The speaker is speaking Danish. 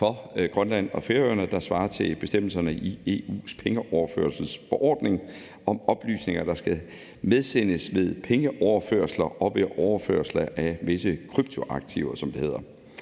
for Grønland og Færøerne, der svarer til bestemmelserne i EU's pengeoverførselsforordning om oplysninger, der skal medsendes ved pengeoverførsler og ved overførsler af visse kryptoaktiver, som det hedder.